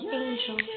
angel